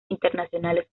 internacionales